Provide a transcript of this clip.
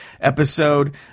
Episode